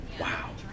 wow